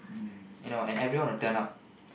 mm